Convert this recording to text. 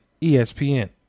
ESPN